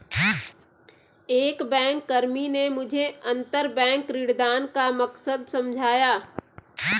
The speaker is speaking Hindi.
एक बैंककर्मी ने मुझे अंतरबैंक ऋणदान का मकसद समझाया